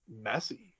messy